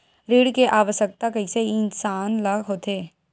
ऋण के आवश्कता कइसे इंसान ला होथे?